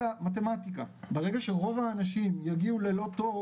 מתמטיקה, ברגע שרוב האנשים יגיעו ללא תור